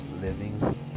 living